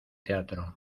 teatro